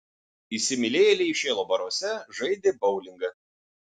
įsimylėjėliai šėlo baruose žaidė boulingą